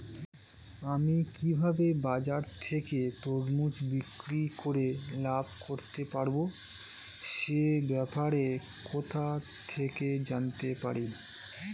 আমি কিভাবে বাজার থেকে তরমুজ বিক্রি করে লাভ করতে পারব সে ব্যাপারে কোথা থেকে জানতে পারি?